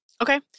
Okay